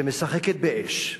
שמשחקת באש,